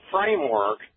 framework